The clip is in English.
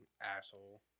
asshole